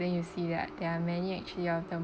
then you see that there are many actually of the